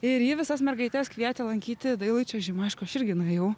ir ji visas mergaites kvietė lankyti dailųjį čiuožimą aišku aš irgi nuėjau